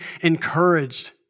encouraged